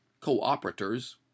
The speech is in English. co-operators